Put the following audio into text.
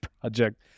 project